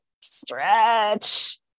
stretch